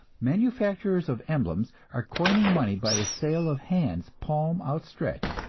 manufacturers of emblems are coining money by the sale of hands, palm outstretched.